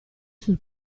sul